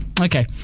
Okay